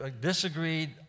disagreed